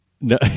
No